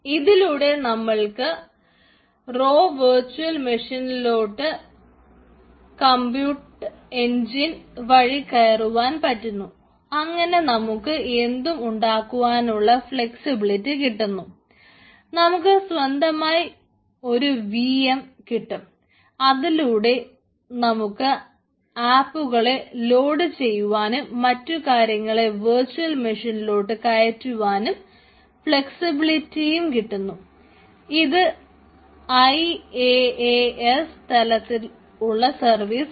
ഇതിലൂടെ നമ്മൾക്ക് raw virtual മെഷീനിലോട്ട് തരത്തിൽ ഉള്ള സർവീസാണ്